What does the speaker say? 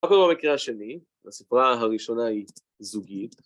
‫נעבור למקרה השני, ‫הספרה הראשונה היא זוגית.